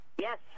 yes